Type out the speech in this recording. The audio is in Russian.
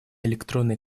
электронной